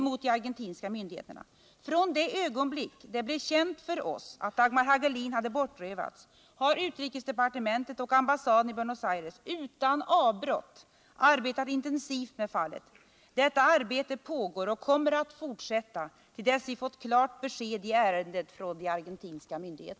Mot den bakgrunden vill jag fråga: Är utrikesministern beredd att på nytt med kraft ta upp fallet Dagmar Hagelin med de argentinska myndigheterna, eventuellt i samverkan med det svenska fotbollslandslaget?